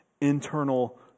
internal